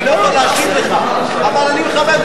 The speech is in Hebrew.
אני לא יכול להשיב לך, אבל אני מכבד.